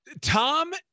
Tom